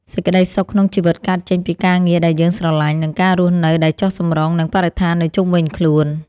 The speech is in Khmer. សេចក្តីសុខក្នុងជីវិតកើតចេញពីការងារដែលយើងស្រឡាញ់ និងការរស់នៅដែលចុះសម្រុងនឹងបរិស្ថាននៅជុំវិញខ្លួន។